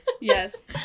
Yes